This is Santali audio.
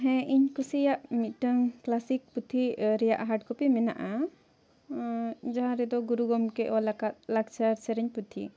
ᱦᱮᱸ ᱤᱧ ᱠᱩᱥᱤᱭᱟᱜ ᱢᱤᱫᱴᱟᱝ ᱠᱞᱟᱥᱤᱠ ᱯᱩᱛᱷᱤ ᱨᱮᱭᱟᱜ ᱦᱟᱨᱰ ᱠᱚᱯᱤ ᱢᱮᱱᱟᱜᱼᱟ ᱡᱟᱦᱟᱸ ᱨᱮᱫᱚ ᱜᱩᱨᱩ ᱜᱚᱢᱠᱮ ᱚᱞᱟᱠᱟᱫ ᱞᱟᱠᱪᱟᱨ ᱥᱮᱨᱮᱧ ᱯᱩᱛᱷᱤ